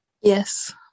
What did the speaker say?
Yes